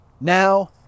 now